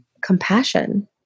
compassion